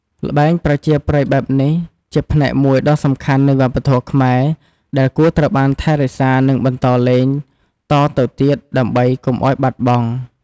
ល្បែងប្រជាប្រិយបែបនេះជាផ្នែកមួយដ៏សំខាន់នៃវប្បធម៌ខ្មែរ ដែលគួរត្រូវបានថែរក្សា និងបន្តលេងតទៅទៀត ដើម្បីកុំឲ្យបាត់បង់។